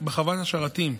בחוות השרתים.